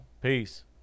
Peace